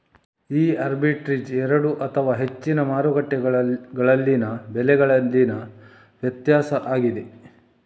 ಈ ಆರ್ಬಿಟ್ರೇಜ್ ಎರಡು ಅಥವಾ ಹೆಚ್ಚಿನ ಮಾರುಕಟ್ಟೆಗಳಲ್ಲಿನ ಬೆಲೆಗಳಲ್ಲಿನ ವ್ಯತ್ಯಾಸ ಆಗಿದೆ